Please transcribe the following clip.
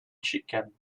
chicken